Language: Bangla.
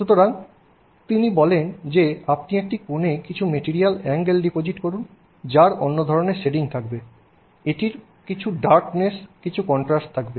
সুতরাং তিনি বলেন যে আপনি একটি কোণে কিছু ম্যাটেরিয়াল অ্যাঙ্গেল ডিপোজিট করুন যার অন্যধরণের শেডিং থাকবে এটির কিছু ডার্কনেস কিছু কনট্রাস্ট থাকবে